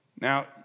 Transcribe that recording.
Now